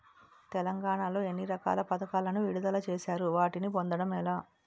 తెలంగాణ లో ఎన్ని రకాల పథకాలను విడుదల చేశారు? వాటిని పొందడం ఎలా?